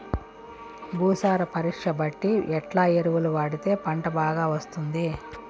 భూసార పరీక్ష బట్టి ఎట్లా ఎరువులు వాడితే పంట బాగా వస్తుంది?